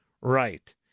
right